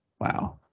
wow